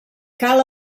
cal